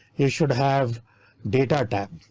you should have data tab.